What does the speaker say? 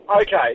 Okay